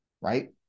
right